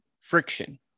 friction